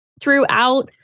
throughout